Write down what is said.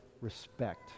respect